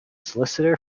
solicitor